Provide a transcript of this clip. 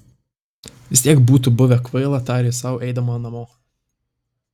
vis tiek būtų buvę kvaila tarė sau eidama namo